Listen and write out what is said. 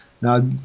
now